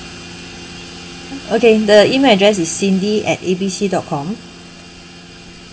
okay the email address is cindy at A B C dot com